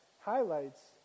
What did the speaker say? highlights